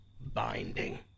binding